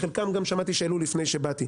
חלקם גם שמעתי שהם עלו לפני שבאתי,